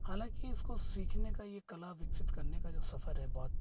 हालांकि इसको सीखने का यह कला विकसित करने का जो सफ़र है बहुत